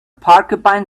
porcupine